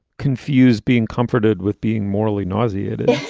confused, being comforted with being morally nauseated